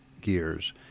gears